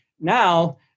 now